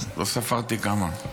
לא ספרתי כמה.